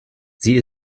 sie